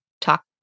talk